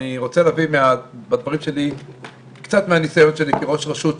אני רוצה להביא בדברים שלי קצת מהניסיון שלי כראש רשות,